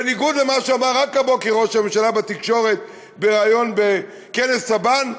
זה בניגוד למה שאמר רק הבוקר ראש הממשלה בתקשורת בריאיון בכנס סבן,